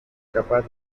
capaz